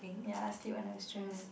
ya I sleep when I'm stressed